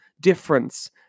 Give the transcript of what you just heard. difference